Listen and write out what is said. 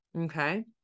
okay